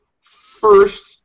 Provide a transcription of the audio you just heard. first